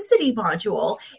module